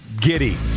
Giddy